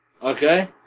Okay